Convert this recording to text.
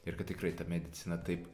ir kad tikrai ta medicina taip